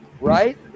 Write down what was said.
Right